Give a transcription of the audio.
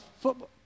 football